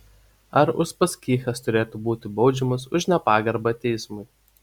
ar uspaskichas turėtų būti baudžiamas už nepagarbą teismui